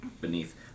beneath